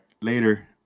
Later